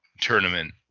tournament